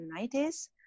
1990s